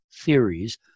theories